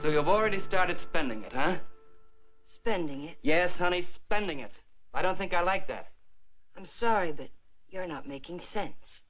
so you have already started spending spending yes money spending it i don't think i like that i'm sorry that you're not making sense